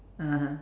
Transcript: (uh huh)